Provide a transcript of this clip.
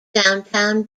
downtown